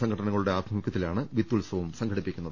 സംഘടനകളുടെ സന്നദ്ധ ആഭിമുഖ്യത്തിലാണ് വിത്തുത്സവം സംഘടിപ്പിക്കുന്നത്